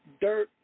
dirt